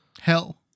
Hell